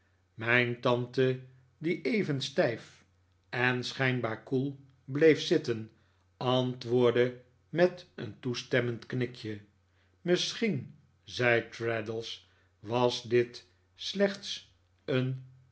mijn tante die even stijf en schijnbaar koel bleef zitten antwoordde met een toestemmend knikje misschieh zei traddles was dit slechts een